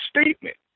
statement